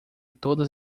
todas